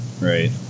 right